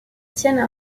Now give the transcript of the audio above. tiennent